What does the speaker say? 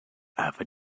ever